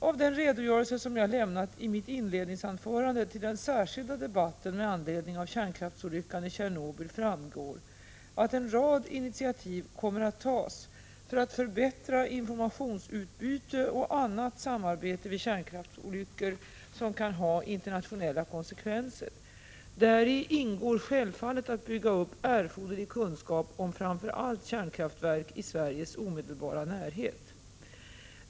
Av den redogörelse som jag lämnat i mitt inledningsanförande till den särskilda debatten med anledning av kärnkraftsolyckan i Tjernobyl framgår att en rad initiativ kommer att tas för att förbättra informationsutbyte och annat samarbete vid kärnkraftsolyckor som kan ha internationella konsekvenser. Däri ingår självfallet att bygga upp erforderlig kunskap om framför allt kärnkraftverk i Sveriges omedelbara närhet.